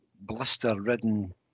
blister-ridden